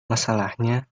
masalahnya